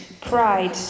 Pride